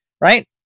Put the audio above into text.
Right